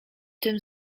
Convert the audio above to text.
tym